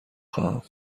خواهم